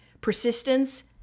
Persistence